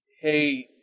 hey